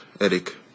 Eric